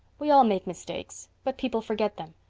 we all make mistakes. but people forget them.